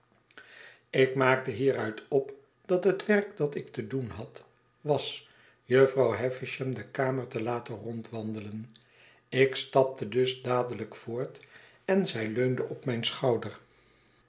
ik maakte hieruit op dat het werk dat ik te doen had was jufvrouw havisham de kamer te laten rondwandelen ik stapte dus dadelijk voort en zij leunde op mijn schouder